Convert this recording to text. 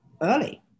early